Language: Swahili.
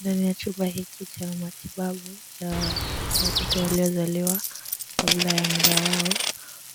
Ndani ya chumba hiki cha matibabu cha kuwekea watoto waliozaliwa kabla ya muda wao.